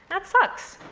that sucks.